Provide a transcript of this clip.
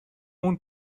اون